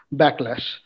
backlash